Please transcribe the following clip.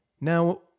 Now